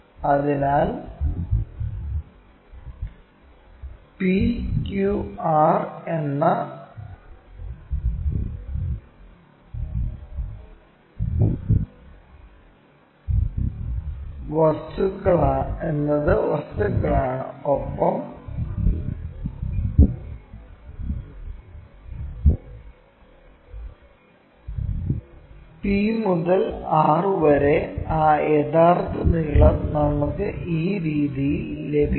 അതിനാൽ p q r എന്നത് വസ്തുക്കളാണ് ഒപ്പം p മുതൽ r വരെ ആ യഥാർത്ഥ നീളം നമുക്ക് ഈ രീതിയിൽ ലഭിക്കും